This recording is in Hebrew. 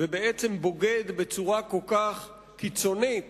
ובעצם בוגד בצורה כל כך קיצונית